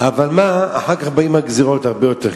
ואין טעם בקיום הרשות.